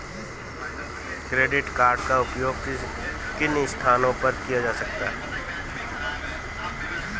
Credit card का उपयोग किन स्थानों पर किया जा सकता है?